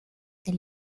del